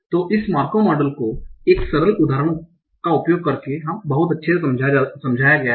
तो इस Markov model को एक सरल उदाहरण का उपयोग करके बहुत ही अच्छे से समझाया गया है